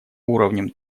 уровнем